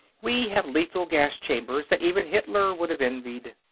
we have lethal-gas chambers that even hitler would have envied.